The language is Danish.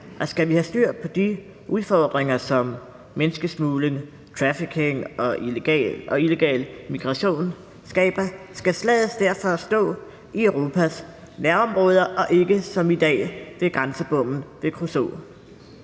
og skal vi have styr på de udfordringer, som menneskesmugling, trafficking og illegal migration skaber, skal slaget derfor stå i Europas nærområder og ikke som i dag ved grænsebommen ved Kruså.